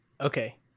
Okay